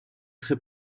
très